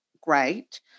great